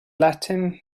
latin